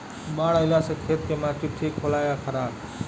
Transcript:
बाढ़ अईला से खेत के माटी ठीक होला या खराब?